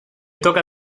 toca